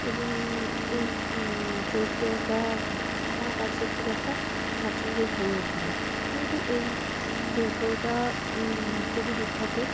এবং এই চরিত্রটা আমার কাছে খুব একটা পছন্দের হয়ে ওঠ নি কিন্তু এই চরিত্রটা খুবই বিখ্যাত